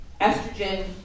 estrogen